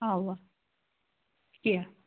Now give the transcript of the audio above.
آ کیٚنٛہہ